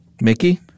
Mickey